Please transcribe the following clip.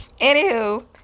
anywho